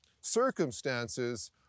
Circumstances